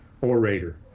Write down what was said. orator